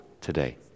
today